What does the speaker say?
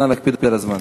נא להקפיד על הזמן.